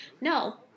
No